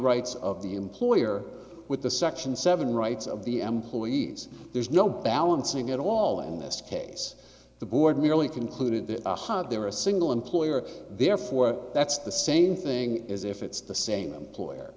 rights of the employer with the section seven rights of the employees there's no balancing at all in this case the board merely concluded that there were a single employer therefore that's the same thing as if it's the same ploy